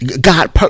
God